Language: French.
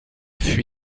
fui